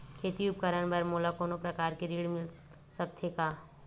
खेती उपकरण बर मोला कोनो प्रकार के ऋण मिल सकथे का?